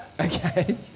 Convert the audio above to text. Okay